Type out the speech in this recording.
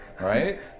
right